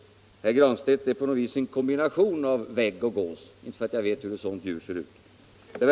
Herr Granstedt är på något vis en kombination av vägg och gås — hur nu ett sådant djur ser ut.